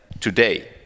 today